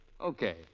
Okay